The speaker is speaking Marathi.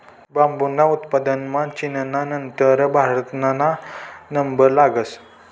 बांबूना उत्पादनमा चीनना नंतर भारतना नंबर लागस